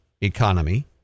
economy